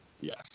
Yes